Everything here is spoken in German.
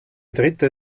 dritte